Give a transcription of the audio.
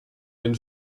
den